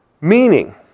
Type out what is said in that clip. Meaning